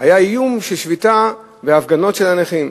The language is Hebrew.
היה איום של שביתה והפגנות של הנכים.